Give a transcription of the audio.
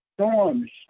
storms